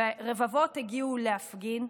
ורבבות הגיעו להפגין,